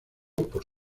por